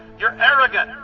you're arrogant,